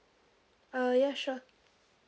uh ya sure